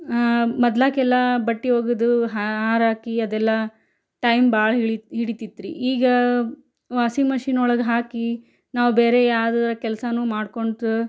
ಮೊದ್ಲಿಗೆಲ್ಲ ಬಟ್ಟೆ ಒಗೆದು ಹಾರಾಕಿ ಅದೆಲ್ಲ ಟೈಮ್ ಭಾಳ ಹಿಳಿ ಹಿಡಿತಿತ್ರಿ ಈಗ ವಾಸಿಂಗ್ ಮಷೀನ್ ಒಳಗೆ ಹಾಕಿ ನಾವು ಬೇರೆ ಯಾವ್ದಾರು ಕೆಲಸನು ಮಾಡ್ಕೊಳ್ತಾ